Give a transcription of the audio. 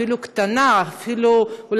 אפילו קטנה,